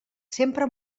sempre